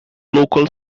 local